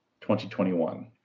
2021